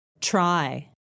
Try